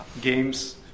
games